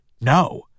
No